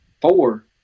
four